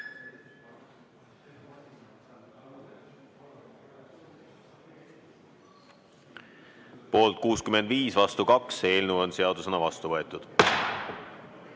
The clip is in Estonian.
Poolt 65, vastu 2. Eelnõu on seadusena vastu võetud.